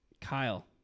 Kyle